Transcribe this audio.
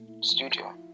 studio